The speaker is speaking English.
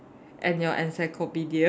and your encyclopedia